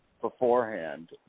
beforehand